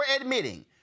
admitting